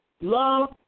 love